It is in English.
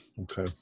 Okay